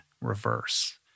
reverse